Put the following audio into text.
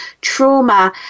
trauma